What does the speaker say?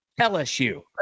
LSU